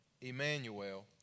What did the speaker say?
Emmanuel